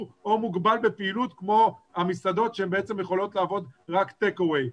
או מוגבל בפעילות כמו המסעדות שיכולות לעבוד רק טייק אווי.